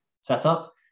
setup